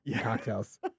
cocktails